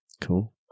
Cool